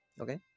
Okay